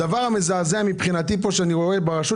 הדבר המזעזע מבחינתי אותו אני רואה כאן שברשות